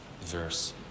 verse